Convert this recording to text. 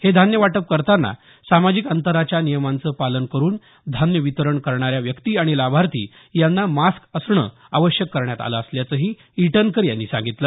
हे धान्य वाटप करताना सामाजिक अंतराच्या नियमाचे पालन करून धान्य वितरण करणाऱ्या व्यक्ती आणि लाभार्थी यांना मास्क असणे आवश्यक करण्यात आले असल्याचंही ईटनकर यांनी सांगितलं